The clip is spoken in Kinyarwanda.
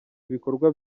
ibikorwa